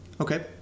Okay